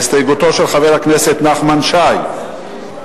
להסתייגותו של נחמן שי,